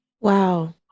Wow